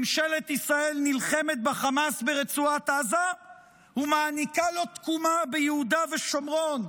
ממשלת ישראל נלחמת בחמאס ברצועת עזה ומעניקה לו תקומה ביהודה ושומרון,